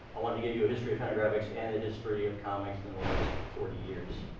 i wanted to give you a history of fantagraphics and the history of comics in the last forty years.